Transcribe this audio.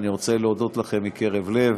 אני רוצה להודות לכם מקרה לב.